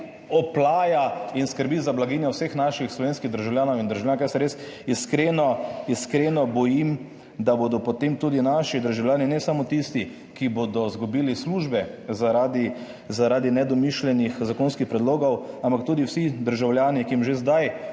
oplaja in skrbi za blaginjo vseh naših slovenskih državljanov in državljank. Jaz se res iskreno bojim, da bodo potem tudi naši državljani, ne samo tisti, ki bodo izgubili službe zaradi nedomišljenih zakonskih predlogov, ampak tudi vsi državljani, ki jim že zdaj